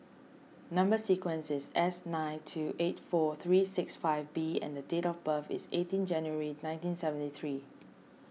Number Sequence is S nine two eight four three six five B and the date of birth is eighteen January nineteen seventy three